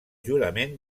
jurament